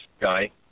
Guy